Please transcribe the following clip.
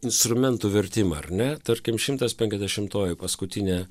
instrumentų vertimą ar ne tarkim šimtas penkiasdešimtoji paskutinė